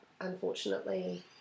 unfortunately